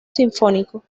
sinfónico